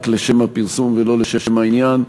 רק לשם הפרסום ולא לשם העניין.